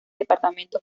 departamento